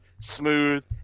Smooth